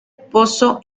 pozo